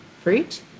fruit